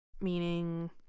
meaning